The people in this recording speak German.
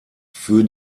für